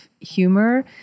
humor